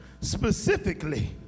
specifically